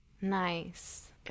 nice